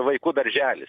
vaikų darželis